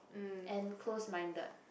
and close minded